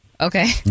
okay